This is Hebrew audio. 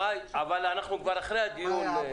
אבל אנחנו כבר אחרי הדיון.